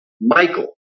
Michael